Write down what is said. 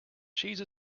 cheese